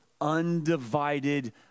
undivided